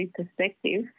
perspective